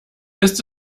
ist